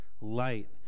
light